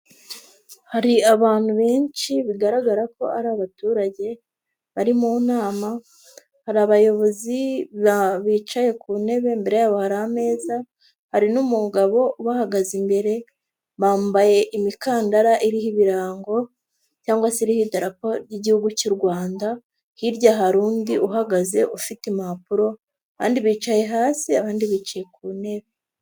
Hari abantu benshi bigaragara ko ari abaturage bari mu nama, hari abayobozi bicaye ku ntebe, imbere yabo hari ameza, hari n'umugabo ubahagaze imbere, bambaye imikandara iriho ibirango cyangwa se iriho idaporo y'igihugu cy'u Rwanda, hirya hari undi uhagaze ufite impapuro, abandi bicaye hasi abandi bicaye ku ntebe.